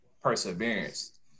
perseverance